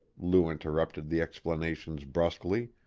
lou interrupted the explanations brusquely.